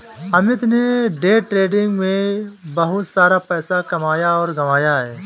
अमित ने day trading में बहुत सारा पैसा कमाया और गंवाया है